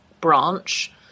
branch